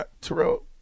Terrell